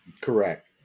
Correct